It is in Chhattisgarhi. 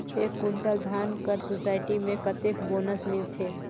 एक कुंटल धान कर सोसायटी मे कतेक बोनस मिलथे?